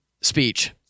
speech